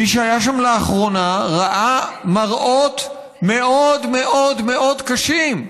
מי שהיה שם לאחרונה ראה מראות מאוד מאוד קשים.